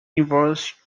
inverse